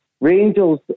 Rangers